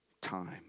time